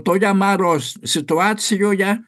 toje maro situacijoje